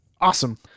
awesome